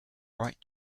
right